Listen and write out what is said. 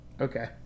Okay